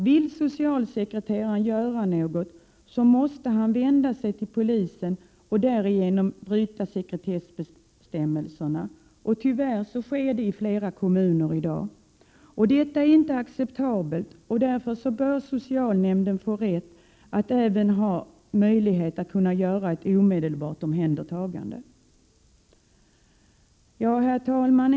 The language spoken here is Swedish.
Om socialsekreteraren vill göra något måste han vända sig till polisen. Därigenom bryter han mot sekretessbestämmelserna. Tyvärr sker detta i flera kommuner i dag. Sådana förhållanden kan inte accepteras, och därför bör socialnämnden även ha rätt att kunna fatta beslut om omedelbart omhändertagande. Herr talman!